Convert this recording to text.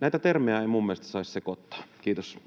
Näitä termejä ei mielestäni saisi sekoittaa. — Kiitos.